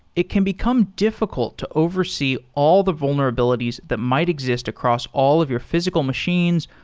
it can become diffi cult to oversee all the vulnerabilities that might exist across all of your physical machines,